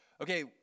okay